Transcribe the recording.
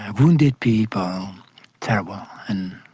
wounded people terrible. and